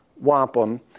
wampum